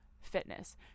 fitness